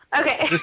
Okay